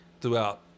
throughout